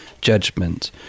judgment